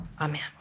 Amen